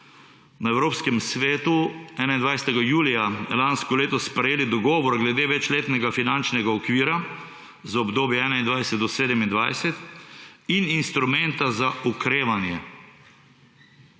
na Evropskem svetu 21. julija lansko leto sprejeli dogovor glede večletnega finančnega okvira za obdobje 2021 do 2027 in instrumenta za okrevanje.